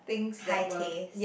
high taste